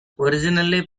originally